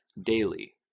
daily